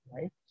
right